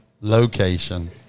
location